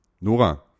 Nora